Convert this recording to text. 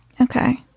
okay